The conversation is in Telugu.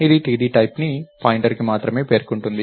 ఇది తేదీ టైప్ కి పాయింటర్ను మాత్రమే పేర్కొంటుంది